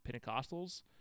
Pentecostals